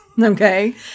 Okay